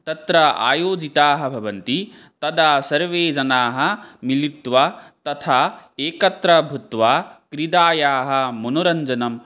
तत्र आयोजिताः भवन्ति तदा सर्वे जनाः मिलित्वा तथा एकत्र भूत्वा क्रीडायाः मनोरञ्जनम्